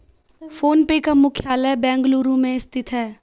phone पे का मुख्यालय बेंगलुरु में स्थित है